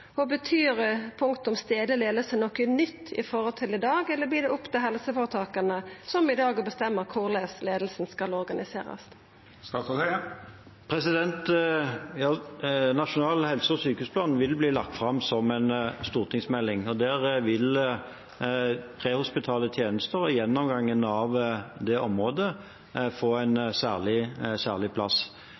måten? Betyr punktet om stadleg leiing noko nytt i forhold til i dag, eller vert det opp til helseføretaka – som i dag – å bestemma korleis leiinga skal organiserast? Nasjonal helse- og sykehusplan vil bli lagt fram som en stortingsmelding, og der vil prehospitale tjenester og gjennomgangen av det området få en særlig plass.